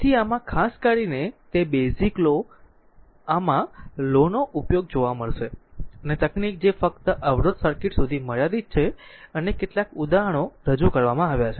તેથી આમાં ખાસ કરીને તે બેઝીક લો માં આ લો નો ઉપયોગ જોવા મળશે અને તકનીક જે ફક્ત અવરોધ સર્કિટ સુધી મર્યાદિત છે અને કેટલાક ઉદાહરણો રજૂ કરવામાં આવ્યા છે